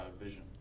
vision